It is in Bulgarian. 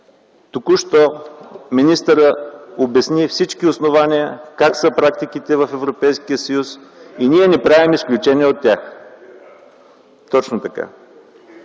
Току що министърът обясни всички основания – какви са практиките в Европейския съюз. И ние не правим изключения от тях. А за